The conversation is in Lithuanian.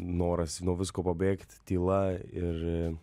noras nuo visko pabėgt tyla ir